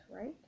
right